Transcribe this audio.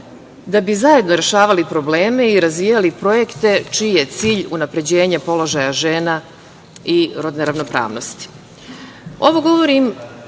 da bi zajedno rešavali probleme i razvijali projekte čiji je cilj unapređenje položaja žena i rodne ravnopravnosti. Ovo